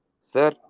Sir